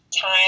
time